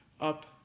up